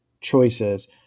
choices